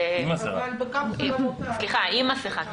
חדש, בבקשה.